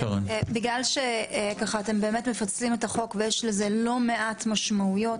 בגלל שאתם באמת מפצלים את החוק ויש לזה לא מעט משמעויות,